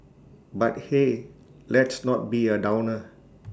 but hey let's not be A downer